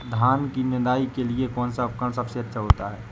धान की निदाई के लिए कौन सा उपकरण सबसे अच्छा होता है?